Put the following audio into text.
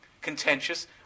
contentious